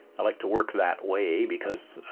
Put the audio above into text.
i like to work that way because,